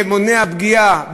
שמונע פגיעה באצבעות,